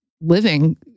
living